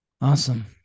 Awesome